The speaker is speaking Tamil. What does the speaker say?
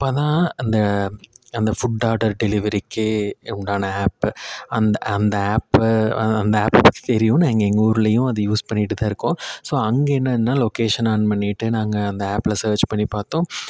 அப்போ தான் அந்த அந்த ஃபுட் ஆர்டர் டெலிவரிக்கு உண்டான ஆப்பை அந்த அந்த ஆப்பை அந்த ஆப்பை பற்றி தெரியும் நாங்கள் எங்கள் ஊர்லேயும் அது யூஸ் பண்ணிக்கிட்டு தான் இருக்கோம் ஸோ அங்கே என்னன்னா லொக்கேஷன் ஆன் பண்ணிக்கிட்டு நாங்கள் அந்த ஆப்பில் சர்ச் பண்ணி பார்த்தோம்